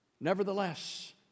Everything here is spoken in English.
nevertheless